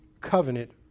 covenant